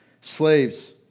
slaves